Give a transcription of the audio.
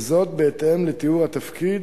בהתאם לתיאור התפקיד,